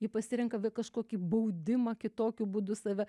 ji pasirenka kažkokį baudimą kitokiu būdu save